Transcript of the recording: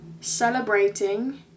celebrating